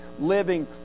living